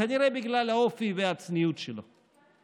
כנראה בגלל האופי והצניעות שלו.